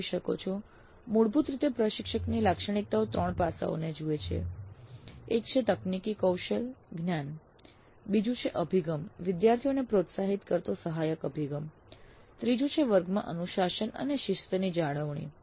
આપ જોઈ શકો છો મૂળભૂત રીતે પ્રશિક્ષકની લાક્ષણિકતાઓ ત્રણ પાસાઓને જુએ છે એક છે તકનીકી કૌશલ જ્ઞાન બીજું છે અભિગમ વિદ્યાર્થીઓને પ્રોત્સાહિત કરતો સહાયક અભિગમ ત્રીજું છે વર્ગમાં અનુશાસન અને શિસ્તની જાળવણી